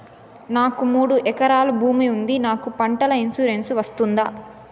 నాకు మూడు ఎకరాలు భూమి ఉంది నాకు పంటల ఇన్సూరెన్సు వస్తుందా?